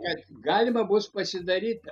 kad galima bus pasidaryt